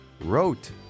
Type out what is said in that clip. wrote